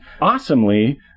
awesomely